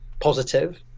positive